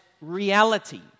reality